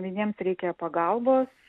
vieniems reikia pagalbos